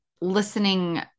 listening